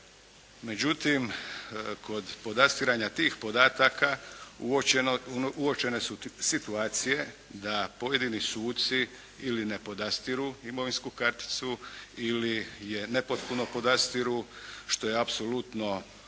Međutim, kod podastiranja tih podataka uočene su situacije da pojedini suci ili ne podastiru imovinsku karticu ili je nepotpuno podastiru što je apsolutno